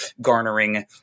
garnering